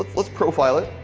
let's let's profile it.